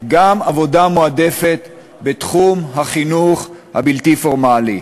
גם עבודה מועדפת בתחום החינוך הבלתי-פורמלי.